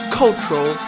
cultural